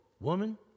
woman